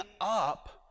up